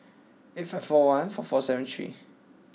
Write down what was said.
eight five four one four four seven three